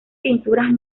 pinturas